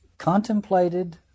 contemplated